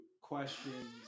questions